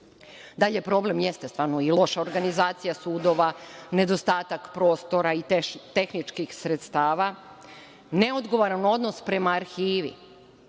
problem jeste stvarno i loša organizacija sudova, nedostatak prostora i tehničkih sredstava. Neodgovoran odnos prema arhivi,